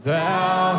Thou